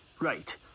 Right